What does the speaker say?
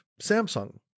Samsung